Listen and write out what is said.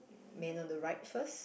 man on the right first